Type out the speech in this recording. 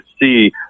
see